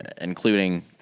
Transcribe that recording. including